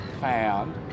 found